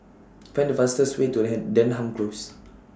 Find The fastest Way to Ham Denham Close